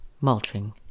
mulching